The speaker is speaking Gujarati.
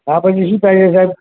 હા પછી શું થાય છે સાહેબ